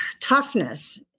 toughness